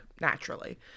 Naturally